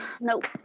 Nope